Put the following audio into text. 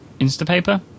Instapaper